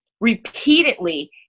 repeatedly